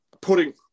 putting